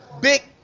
big